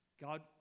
God